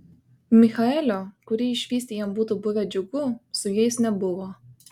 michaelio kurį išvysti jam būtų buvę džiugu su jais nebuvo